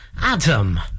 Adam